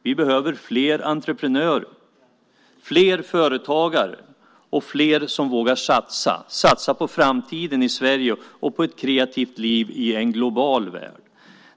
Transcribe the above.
Vi behöver fler entreprenörer, fler företagare och fler som vågar satsa - satsa på framtiden i Sverige och på ett kreativt liv i en global värld.